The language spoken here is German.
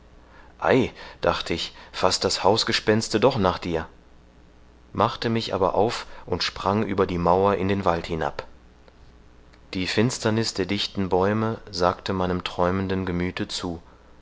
dachte ich faßt das hausgespenste doch nach dir machte mich aber auf und sprang über die mauer in den wald hinab die finsterniß der dichten bäume sagte meinem träumenden gemüthe zu